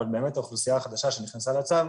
אבל באמת האוכלוסייה החדשה שנכנסה לצו